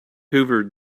hoovered